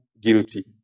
guilty